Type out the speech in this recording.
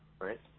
right